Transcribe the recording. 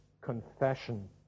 confession